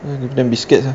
and give them biscuits lah